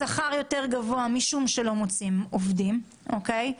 שכר יותר גבוה משום שלא מוצאים עובדים, אוקיי?